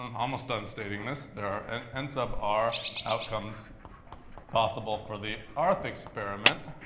um almost done stating this. there are and n sub r outcomes possible for the um rth experiment.